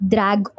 Drag